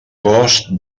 cost